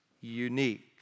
unique